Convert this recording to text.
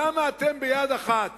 למה אתם ביד אחת